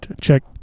check